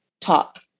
talk